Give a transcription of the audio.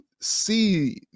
see